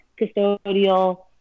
custodial